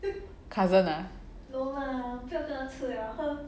cousin lah